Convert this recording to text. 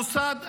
מוסד אקדמי,